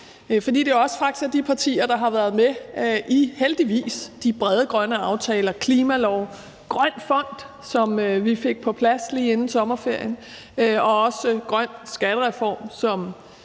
for det er faktisk også de partier, der heldigvis har været med i de brede grønne aftaler: klimalov, grøn fond, som vi fik på plads lige inden sommerferien, og også grøn skattereform, som